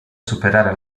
superare